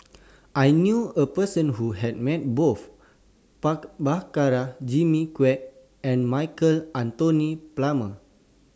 I knew A Person Who has Met Both Prabhakara Jimmy Quek and Michael Anthony Palmer